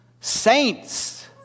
Saints